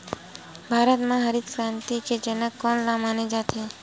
भारत मा हरित क्रांति के जनक कोन ला माने जाथे?